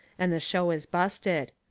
and the show is busted.